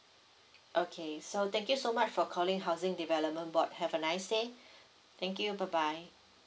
okay so thank you so much for calling housing development board have a nice say thank you bye bye